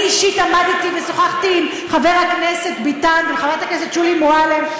אני אישית עמדתי ושוחחתי עם חבר הכנסת ביטן וחברת הכנסת שולי מועלם,